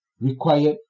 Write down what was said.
required